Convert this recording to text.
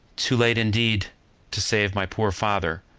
too late indeed to save my poor father,